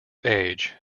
age